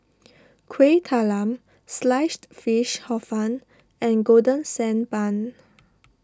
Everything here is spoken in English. Kuih Talam Sliced Fish Hor Fun and Golden Sand Bun